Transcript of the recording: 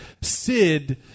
Sid